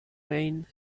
rhine